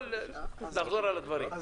אני